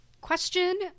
question